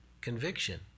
conviction